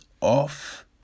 off